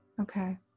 Okay